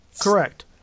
Correct